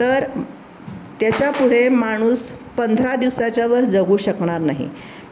तर त्याच्यापुढे माणूस पंधरा दिवसाच्यावर जगू शकणार नाही